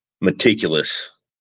meticulous